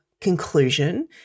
conclusion